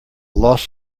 loss